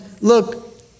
look